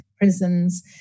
prisons